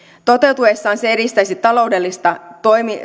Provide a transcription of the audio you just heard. toteutuessaan se edistäisi taloudellista